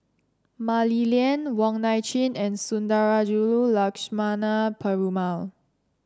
Mah Li Lian Wong Nai Chin and Sundarajulu Lakshmana Perumal